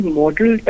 model